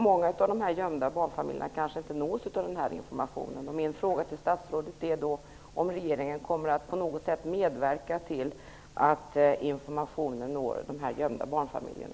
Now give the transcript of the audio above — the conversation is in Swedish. Många av de gömda barnfamiljerna nås kanske inte av den informationen.